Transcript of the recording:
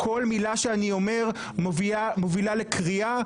וכל מילה שאני אומר מובילה לקריאה.